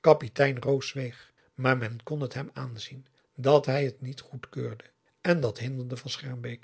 kapitein roos zweeg maar men kon het hem aanzien p a daum de van der lindens c s onder ps maurits dat hij het niet goedkeurde en dat hinderde van